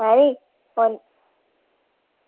सारें ई आं